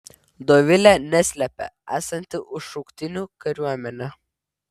dovilė neslepia esanti už šauktinių kariuomenę